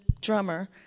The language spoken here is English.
drummer